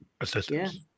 assistance